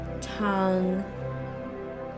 tongue